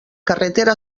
carretera